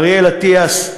אריאל אטיאס,